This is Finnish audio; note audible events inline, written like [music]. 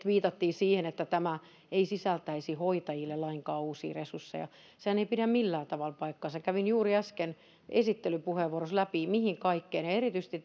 [unintelligible] viitattiin siihen että tämä ei sisältäisi hoitajille lainkaan uusia resursseja sehän ei pidä millään tavalla paikkaansa kävin juuri äsken esittelypuheenvuorossa läpi mihin kaikkeen niitä on erityisesti [unintelligible]